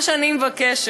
מה שאני מבקשת,